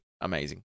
amazing